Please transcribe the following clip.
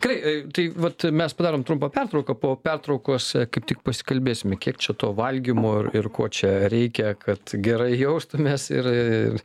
kai tai vat mes padarom trumpą pertrauką po pertraukos kaip tik pasikalbėsime kiek čia to valgymo ir ir ko čia reikia kad gerai jaustumės ir